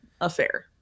affair